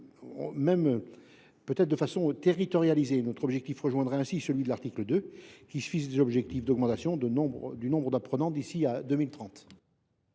compris de façon territorialisée. Notre objectif rejoindrait ainsi celui de l’article 2, qui vise une augmentation du nombre d’apprenants d’ici à 2030.